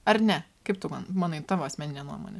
ar ne kaip tu manai tavo asmeninė nuomonė